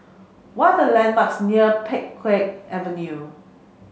what are the landmarks near Pheng Geck Avenue